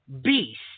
beast